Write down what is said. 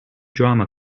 drama